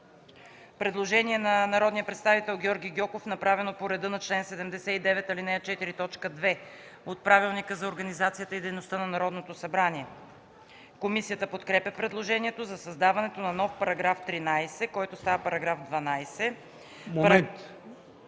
предложение от народния представител Георги Гьоков, направено по реда на чл. 79, ал. 4, т. 2 от Правилника за организацията и дейността на Народното събрание. Комисията подкрепя предложението за създаване на нов § 13, който става § 12...